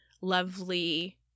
lovely